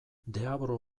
deabru